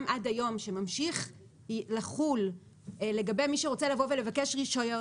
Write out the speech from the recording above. עד היום שממשיך לחול לגבי מי שרוצה לבוא ולבקש רישיון,